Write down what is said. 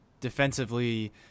defensively